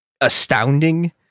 astounding